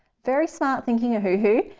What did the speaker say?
very smart thinking of ohuhu,